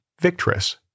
Victress